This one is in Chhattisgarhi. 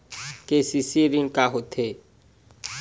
के.सी.सी ऋण का होथे?